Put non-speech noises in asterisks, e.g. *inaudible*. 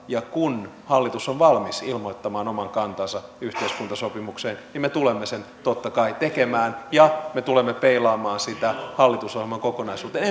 ja kun hallitus on valmis ilmoittamaan oman kantansa yhteiskuntasopimukseen niin me tulemme sen totta kai tekemään ja me tulemme peilaamaan sitä hallitusohjelman kokonaisuuteen *unintelligible*